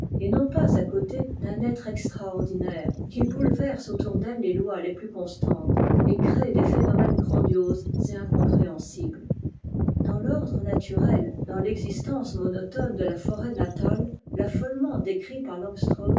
et non pas i côté d'un être extraordinaire qui bouleverse autour d'elle les lois les plus constantes et crée des phénomènes grandioses et incompréhensiblesdans tordre naturel dans l'existence monotone de la forêt natale l'affolement décrit par